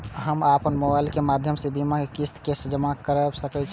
हम अपन मोबाइल के माध्यम से बीमा के किस्त के जमा कै सकब?